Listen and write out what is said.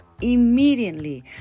immediately